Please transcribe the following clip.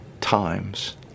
times